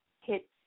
hit